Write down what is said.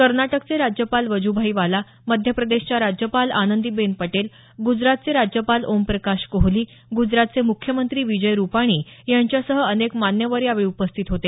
कर्नाटकचे राज्यपाल वज़भाई वाला मध्यप्रदेशच्या राज्यपाल आनंदीबेन पटेल गुजरातचे राज्यपाल ओमप्रकाश कोहली गुजरातचे मुख्यमंत्री विजय रुपाणी यांच्यासह अनेक मान्यवर यावेळी उपस्थित होते